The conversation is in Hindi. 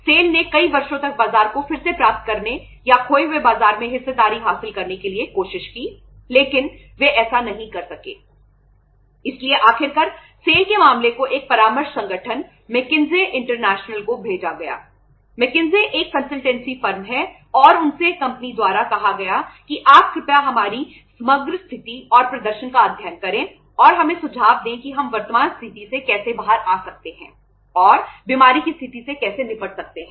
सेल है और उनसे कंपनी द्वारा कहा गया कि आप कृपया हमारी समग्र स्थिति और प्रदर्शन का अध्ययन करें और हमें सुझाव दें कि हम वर्तमान स्थिति से कैसे बाहर आ सकते हैं और बीमारी की स्थिति से कैसे निपट सकते हैं